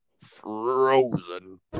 Frozen